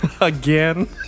Again